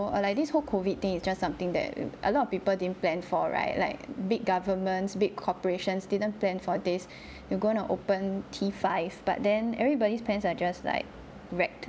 like this whole COVID thing is just something that a lot of people didn't plan for right like big governments big corporations didn't plan for this you gonna open T five but then everybody's plans are just like wrecked